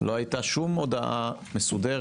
לא הייתה שום הודעה מסודרת.